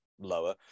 lower